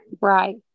Right